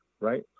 Right